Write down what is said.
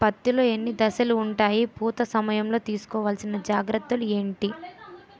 పత్తి లో ఎన్ని దశలు ఉంటాయి? పూత సమయం లో తీసుకోవల్సిన జాగ్రత్తలు ఏంటి?